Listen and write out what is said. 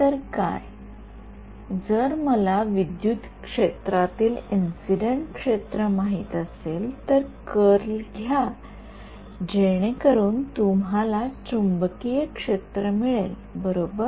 तर काय जर मला विद्युत क्षेत्रातील इंसिडेन्ट क्षेत्र माहित असेल तर कर्ल घ्या जेणेकरून तुम्हाला चुंबकीय क्षेत्र मिळेल बरोबर